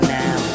now